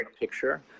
picture